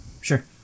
Sure